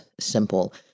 simple